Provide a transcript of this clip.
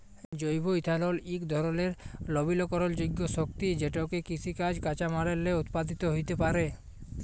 জৈব ইথালল ইক ধরলের লবিকরলযোগ্য শক্তি যেটকে কিসিজ কাঁচামাললে উৎপাদিত হ্যইতে পারে